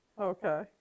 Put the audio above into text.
Okay